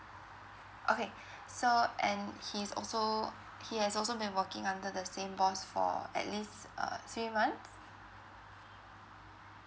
okay so and he's also he has also been working under the same boss for at least err three months